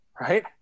right